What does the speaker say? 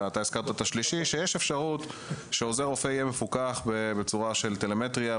שיש אפשרות שעוזר רופא יהיה מפוקח בצורה של טלמטריה,